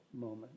moment